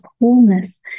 wholeness